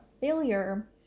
failure